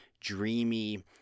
dreamy